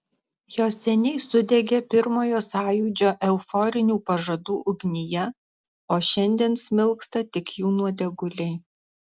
jos seniai sudegė pirmojo sąjūdžio euforinių pažadų ugnyje o šiandien smilksta tik jų nuodėguliai